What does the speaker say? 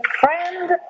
friend